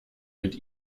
mit